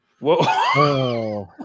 whoa